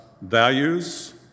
values